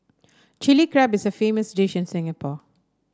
Chilli Crab is famous dish in Singapore